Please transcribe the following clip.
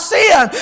sin